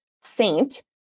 saint